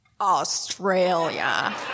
Australia